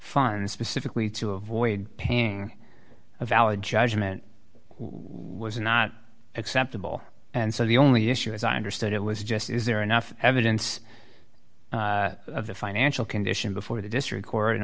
foreigners specifically to avoid paying a valid judgment was not acceptable and so the only issue as i understand it was just is there enough evidence of the financial condition before the district